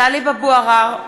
(קוראת בשמות חברי הכנסת) טלב אבו עראר,